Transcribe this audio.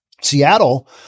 Seattle